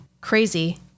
crazy